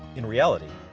in reality,